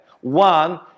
one